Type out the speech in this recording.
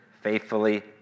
faithfully